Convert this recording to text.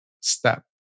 step